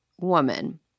woman